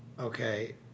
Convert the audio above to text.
Okay